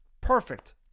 perfect